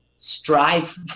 strive